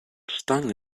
stung